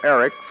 Eric